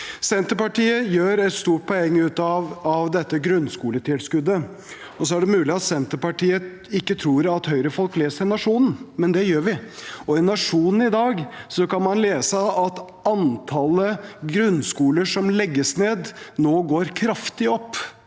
Senterpartiet gjør et stort poeng av dette grunnskoletilskuddet. Det er mulig at Senterpartiet ikke tror at Høyre-folk leser Nationen, men det gjør vi, og i Nationen i dag kan man lese at antallet grunnskoler som legges ned, går kraftig opp.